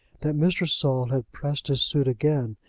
that mr. saul had pressed his suit again,